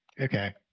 Okay